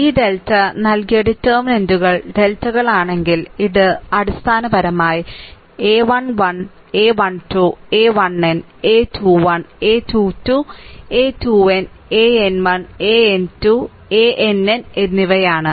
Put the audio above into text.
ഈ ഡെൽറ്റ നൽകിയ ഡിറ്റർമിനന്റുകൾ ഡെൽറ്റകളാണെങ്കിൽ ഇത് അടിസ്ഥാനപരമായി ഇത് a 1 1 a 1 2 a 1n a 21 a 2 2 a 2n an 1 an 2 ann എന്നിവയാണ്